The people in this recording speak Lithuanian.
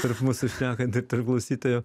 tarp mūsų šnekant ir tarp klausytojų